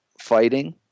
fighting